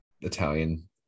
italian